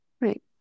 Right